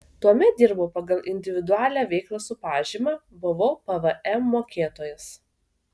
tuomet dirbau pagal individualią veiklą su pažyma buvau pvm mokėtojas